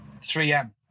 3M